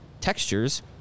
textures